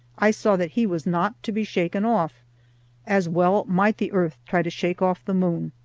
i saw that he was not to be shaken off as well might the earth try to shake off the moon.